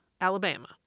Alabama